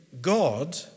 God